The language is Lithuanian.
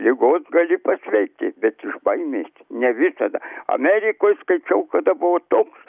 ligos gali pasveikti bet iš baimės ne visada amerikoj skaičiau kada buvo toks